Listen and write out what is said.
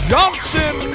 Johnson